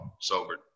sobered